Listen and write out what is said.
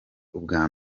ubwa